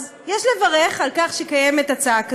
אז יש לברך על כך שקיימת הצעה כזאת,